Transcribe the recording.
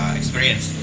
experience